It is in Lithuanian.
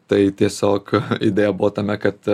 tai tiesiog idėja buvo tame kad